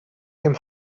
him